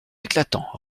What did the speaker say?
éclatant